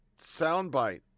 soundbite